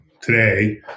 today